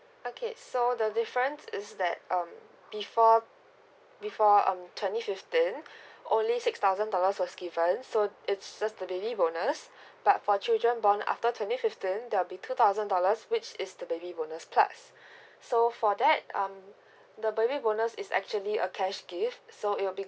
okay so the difference is that um before uh before um twenty fifteen only six thousand dollars was given so it's just the baby bonus but for children born after twenty fifteen there'll be two thousand dollars which is the baby bonus plus so for that um the baby bonus is actually a cash gift so it will be